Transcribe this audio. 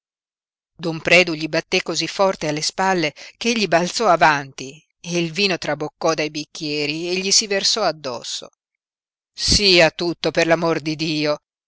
don predu gli batté cosí forte alle spalle che egli balzò avanti e il vino traboccò dai bicchieri e gli si versò addosso sia tutto per l'amor di dio